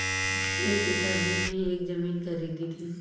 मेरे पिताजी ने एक जमीन खरीदी थी